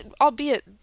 albeit